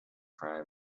crime